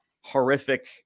horrific